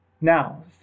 Now